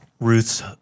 Ruth's